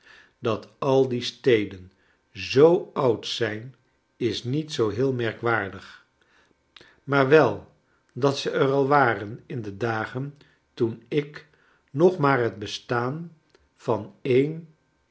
dat al die steden zoo oud zijn is niet zoo heel merkwaardig maar wel dat ze er al waren in de dagen toen ik nog maar het bestaan van een